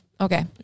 okay